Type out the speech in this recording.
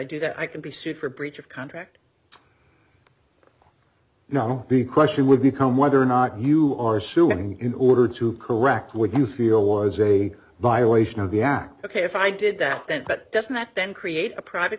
do that i can be sued for breach of contract no big question would become whether or not you are suing in order to correct would you feel was a violation of yeah ok if i did that then but doesn't that then create a private